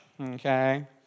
okay